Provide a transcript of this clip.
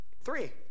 Three